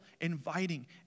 inviting